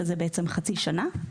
שזה חצי שנה.